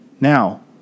Now